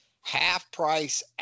half-price